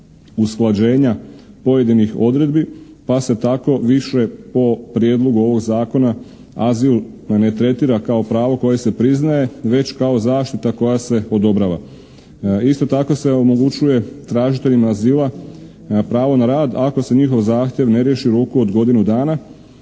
usklađenja pojedinih odredbi pa se tako više po prijedlogu ovog zakona azil ne tretira kao pravo koje se priznaje već kao zaštita koja se odobrava. Isto tako se omogućuje tražiteljima azila pravo na rad ako se njihov zahtjev ne riješi u roku od godinu dana